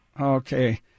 Okay